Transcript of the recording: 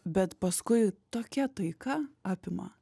bet paskui tokia taika apima